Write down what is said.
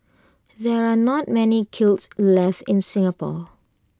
there are not many kilns left in Singapore